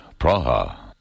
Praha